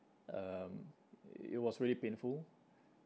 um it was really painful